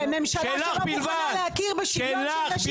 וממשלה שלא מוכנה להכיר בשוויון של נשים